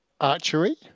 Archery